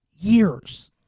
years